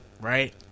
right